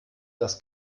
das